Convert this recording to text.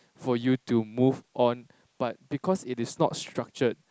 for you to move on but because it is not structured